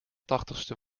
tachtigste